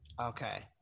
Okay